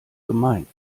gemeint